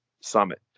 summit